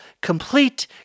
complete